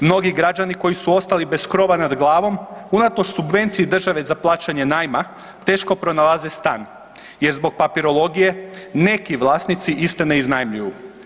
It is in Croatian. Mnogi građani koji su ostali bez krova nad glavom unatoč subvenciji države za plaćanje najma teško pronalaze stan jer zbog papirologije neki vlasnici iste ne iznajmljuju.